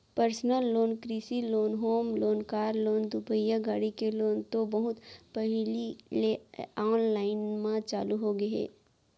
personal loan, कृषि loan, home loan, car loan, दुपहिया गाड़ी के लोन तो बहुत पहिली ले आनलाइन म चालू होगे हे